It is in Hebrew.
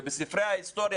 ובספרי ההיסטוריה